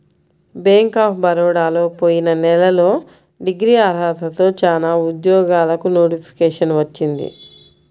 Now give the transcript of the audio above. bank of బరోడాలో పోయిన నెలలో డిగ్రీ అర్హతతో చానా ఉద్యోగాలకు నోటిఫికేషన్ వచ్చింది